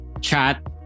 chat